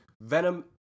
Venom